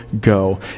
go